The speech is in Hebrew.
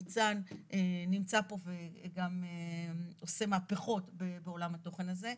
ניצן נמצא פה וגם עושה מהפכות בעולם התוכן הזה.